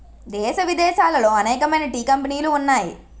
దేశ విదేశాలలో అనేకమైన టీ కంపెనీలు ఉన్నాయి